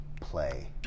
play